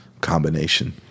combination